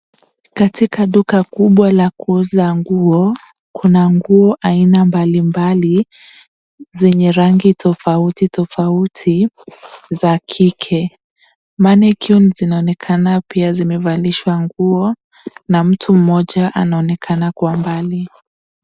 Katika duka kubwa la kuuza nguo kuna nguo aina mbalimbali zenye rangi tofautitofauti za kike. Manekwins zinaonekana pia zimevalishwa nguo na mtu mmoja anaonekana kwa mbali.